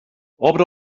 obre